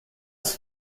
ist